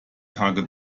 tage